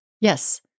Yes